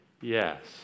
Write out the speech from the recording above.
Yes